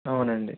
అవునండి